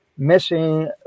Missing